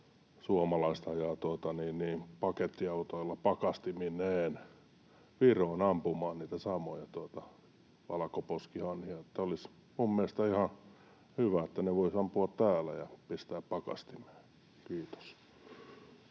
suomalaiset ajavat pakettiautoilla pakastimineen Viroon ampumaan niitä samoja valkoposkihanhia. Olisi minun mielestäni ihan hyvä, että ne voisi ampua täällä ja pistää pakastimeen. — Kiitos.